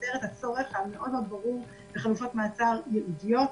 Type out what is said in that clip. סותר את הצורך בחלופות מעצר ייעודיות.